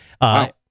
Wow